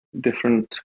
different